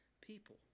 people